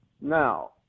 Now